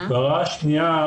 הערה שנייה,